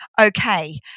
okay